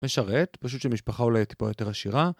משרת, פשוט שמשפחה אולי טיפה יותר עשירה